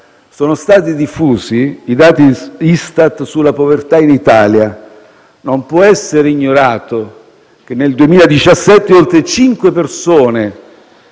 Sono stati diffusi i dati Istat sulla povertà in Italia: non può essere ignorato che, nel 2017, oltre 5 milioni